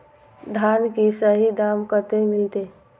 धान की सही दाम कते मिलते?